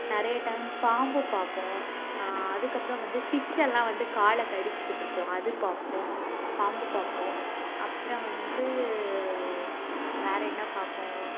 நிறையா டைம் பாம்பு பார்ப்போம் அதுக்கப்புறம் வந்து ஃபிஷ்ஷெல்லாம் வந்து காலை கடித்துக்கிட்டு இருக்கும் அது பார்ப்போம் பாம்பு பார்ப்போம் அப்புறம் வந்து வேறே என்ன பார்ப்போம்